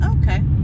Okay